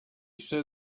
said